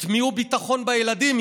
תטמיעו ביטחון בילדים.